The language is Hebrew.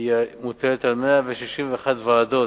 היא מתייחסת לכל המגזרים במידה שווה.